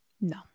No